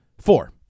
four